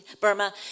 Burma